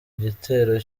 gitero